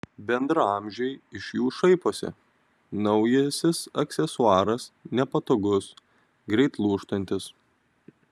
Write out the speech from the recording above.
bendraamžiai iš jų šaiposi naujasis aksesuaras nepatogus greit lūžtantis